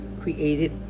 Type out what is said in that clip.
created